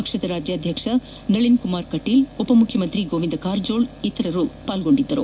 ಪಕ್ಷದ ರಾಜ್ಯಾಧ್ವಕ್ಷ ನಳನ್ ಕುಮಾರ್ ಕಟೀಲ್ ಉಪ ಮುಖ್ಯಮಂತ್ರಿ ಗೋವಿಂದ ಕಾರಜೋಳ ಮತ್ತಿತರರು ಪಾಲ್ಗೊಂಡಿದ್ದರು